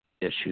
issues